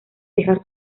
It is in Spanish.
dejar